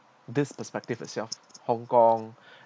this perspective itself hong kong